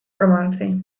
romance